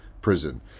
prison